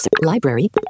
library